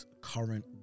current